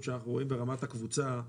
שאנחנו רואים ברמת הקבוצה לפרויקט הזה,